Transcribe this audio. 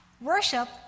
worship